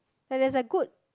like there's a good